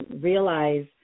realize